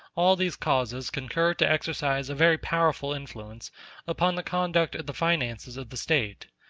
all these causes concur to exercise a very powerful influence upon the conduct of the finances of the state.